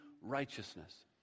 righteousness